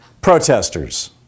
protesters